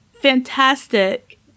fantastic